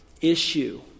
issue